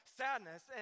sadness